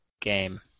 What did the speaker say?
game